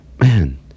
man